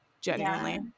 genuinely